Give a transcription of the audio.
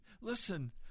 Listen